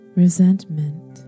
resentment